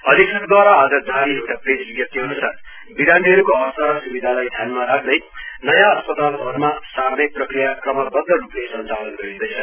अधीक्षक द्वारा आज जारी एउटा प्रेस विज्ञप्तिअन्सार विरामीहरूको अवस्था र स्विधालाई ध्यानमा राख्दै नयाँ अस्पताल भवनमा सार्ने प्रक्रिया क्रमबदध रूपमा सञ्चालन गरिँदैछ